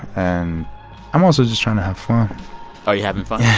and i'm also just trying to have fun are you having fun?